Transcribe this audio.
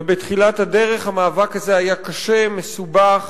ובתחילת הדרך המאבק הזה היה קשה, מסובך.